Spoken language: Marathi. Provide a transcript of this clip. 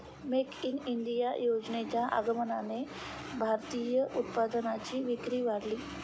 मेक इन इंडिया योजनेच्या आगमनाने भारतीय उत्पादनांची विक्री वाढली